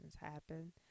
happen